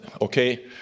okay